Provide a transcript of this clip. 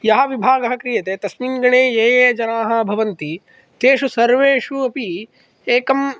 यः विभागः क्रियते तस्मिङ्गणे ये जनाः भवन्ति तेषु सर्वेष्वपि एकं